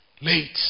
late